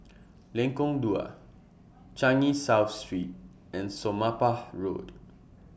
Lengkong Dua Changi South Street and Somapah Road